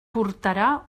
portarà